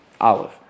Olive